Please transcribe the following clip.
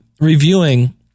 reviewing